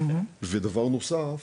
ודבר נוסף,